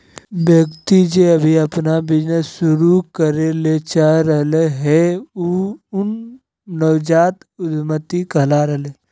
व्यक्ति जे अभी अपन बिजनेस शुरू करे ले चाह रहलय हें उ नवजात उद्यमिता कहला हय